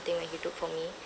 when he took for me